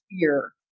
fear